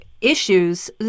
issues